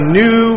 new